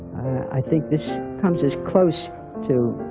i think this comes as close to